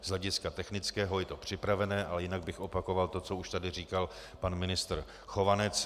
Z hlediska technického je to připravené, ale jinak bych opakoval to, co už tady říkal pan ministr Chovanec.